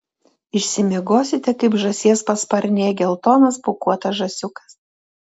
išsimiegosite kaip žąsies pasparnėje geltonas pūkuotas žąsiukas